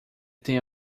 tem